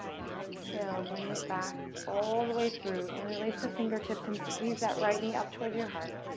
and exhale. bring it back all the way through. interlace the fingertips and squeeze that right knee up towards your heart.